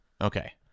Okay